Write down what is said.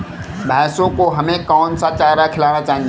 भैंसों को हमें कौन सा चारा खिलाना चाहिए?